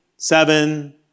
Seven